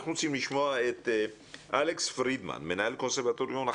אנחנו רוצים לשמוע את אלכס פרידמן מנהל קונסרבטוריון,